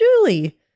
Julie